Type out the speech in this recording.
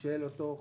של אותו חוב.